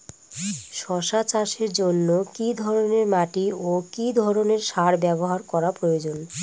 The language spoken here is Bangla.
শশা চাষের জন্য কি ধরণের মাটি ও কি ধরণের সার ব্যাবহার করা প্রয়োজন?